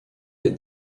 des